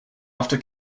after